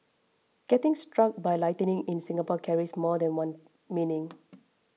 getting struck by lightning in Singapore carries more than one meaning